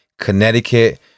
Connecticut